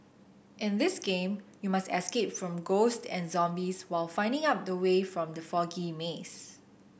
in this game you must escape from ghosts and zombies while finding up the way from the foggy maze